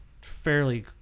Fairly